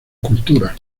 culturas